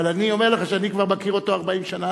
אבל אני אומר לך שאני כבר מכיר אותו 40 שנה.